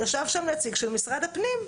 ישב שם נציג של משרד הפנים.